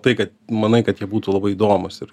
tai kad manai kad jie būtų labai įdomūs ir